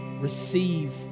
Receive